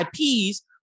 IPs